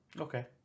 Okay